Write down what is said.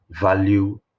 value